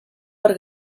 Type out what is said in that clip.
per